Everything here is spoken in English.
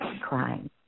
crying